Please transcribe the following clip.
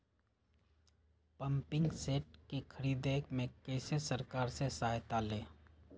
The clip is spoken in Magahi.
पम्पिंग सेट के ख़रीदे मे कैसे सरकार से सहायता ले?